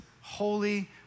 holy